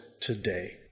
today